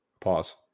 Pause